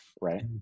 Right